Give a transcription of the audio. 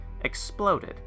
exploded